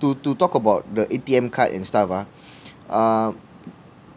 to to talk about the A_T_M card and stuff ah um